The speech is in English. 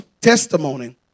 testimony